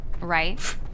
right